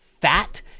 fat